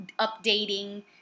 updating